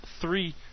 three